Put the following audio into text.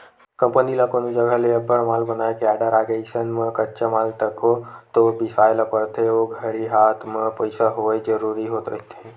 company ल कोनो जघा ले अब्बड़ माल बनाए के आरडर आगे अइसन म कच्चा माल तको तो बिसाय ल परथे ओ घरी हात म पइसा होवई जरुरी रहिथे